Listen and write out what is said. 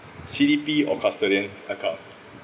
C_D_P or custodian account